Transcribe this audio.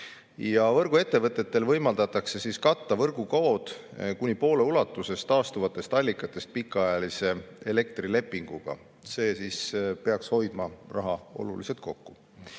võrguettevõttetel võimaldatakse katta võrgukaod kuni poole ulatuses taastuvatest allikatest pikaajalise elektrilepinguga. See peaks hoidma raha oluliselt kokku.